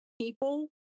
people